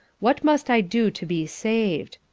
what must i do to be saved?